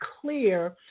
clear